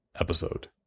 episode